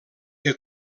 que